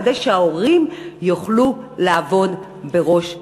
כדי שההורים יוכלו לעבוד בראש שקט.